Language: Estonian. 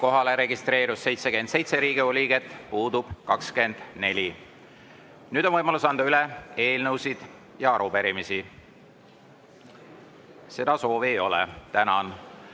Kohalolijaks registreerus 77 Riigikogu liiget, puudub 24. Nüüd on võimalus anda üle eelnõusid ja arupärimisi. Seda soovi ei ole. Tänan!